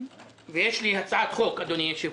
יש לי הצעת חוק, אדוני היושב-ראש,